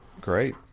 Great